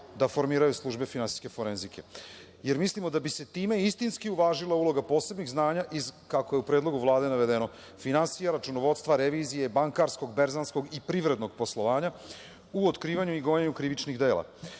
da formiraju službe finansijske forenzike, jer mislimo da bi se time istinski uvažila uloga posebnih znanja iz, kako je u predlogu Vlade navedeno, finansija, računovodstva, revizije, bankarskog, berzanskog i privrednog poslovanja u otkrivanju i gonjenju krivičnih dela.